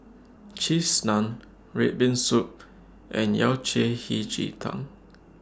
Cheese Naan Red Bean Soup and Yao Cai Hei Ji Tang